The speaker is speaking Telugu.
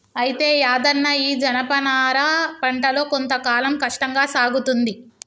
అయితే యాదన్న ఈ జనపనార పంటలో కొంత కాలం కష్టంగా సాగుతుంది